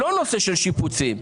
לא נושא של שיפוצים,